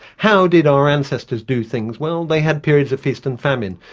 how did our ancestors do things? well, they had periods of feast and famine.